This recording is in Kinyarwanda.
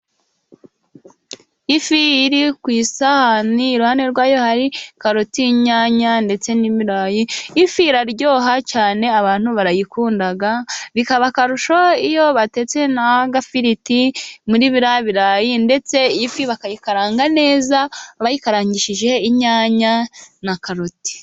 Ifi iri ku isahani, iruhande rwa yo hari karoti, inyanya ndetse n'ibirayi, ifi iraryoha cyane, abantu barayikunda, bikaba akarusho iyo batetse n'agafiriti muri biriya birayi, ndetse ifi bakayikaranga neza bayikarangishije inyanya na karoti.